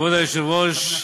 כבוד היושב-ראש,